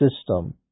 system